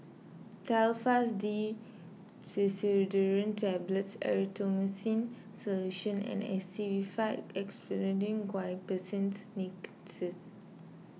Telfast D Pseudoephrine Tablets Erythroymycin Solution and Actified Expectorant Guaiphenesin Linctus